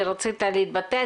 רצית להתבטא.